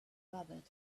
rabbit